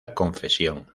confesión